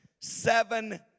Seven